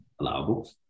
allowable